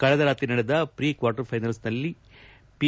ಕಳೆದ ರಾತ್ರಿ ನಡೆದ ಫ್ರೀ ಕ್ವಾರ್ಟರ್ ಫೈನಲ್ಸ್ ಪಂದ್ಯದಲ್ಲಿ ಪಿ